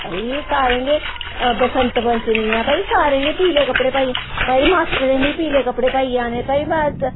भाई सारें गै बसंत पचंमी ऐ भाई सारें गै पीले कपड़े पाइयै भाई मास्टरें बी पीले कपड़े पाइयै औने भाई मा स